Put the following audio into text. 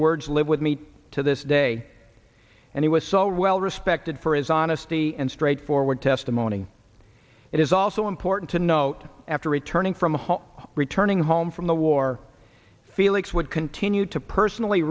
words live with me to this day and he was so well respected for his honesty and straightforward testimony it is also important to note after returning from the hall returning home from the war felix would continue to personally